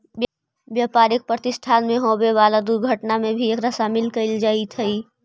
व्यापारिक प्रतिष्ठान में होवे वाला दुर्घटना में भी एकरा शामिल कईल जईत हई